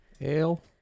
Ale